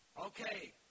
Okay